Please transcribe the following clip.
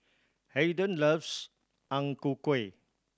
Haiden loves Ang Ku Kueh